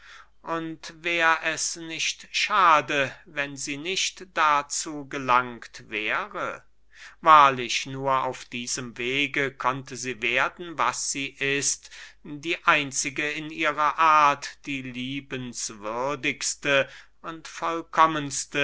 und wär es nicht schade wenn sie nicht dazu gelangt wäre wahrlich nur auf diesem wege konnte sie werden was sie ist die einzige in ihrer art die liebenswürdigste und vollkommenste